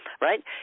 right